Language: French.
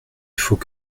faut